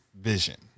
vision